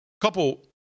Couple